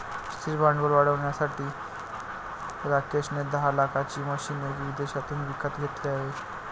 स्थिर भांडवल वाढवण्यासाठी राकेश ने दहा लाखाची मशीने विदेशातून विकत घेतले आहे